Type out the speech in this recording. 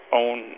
own